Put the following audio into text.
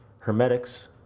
Hermetics